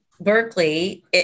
Berkeley